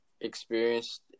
experienced